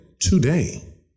Today